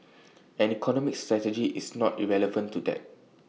and economic strategy is not irrelevant to that